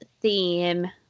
theme